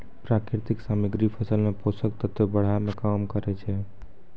प्राकृतिक सामग्री फसल मे पोषक तत्व बढ़ाय में काम करै छै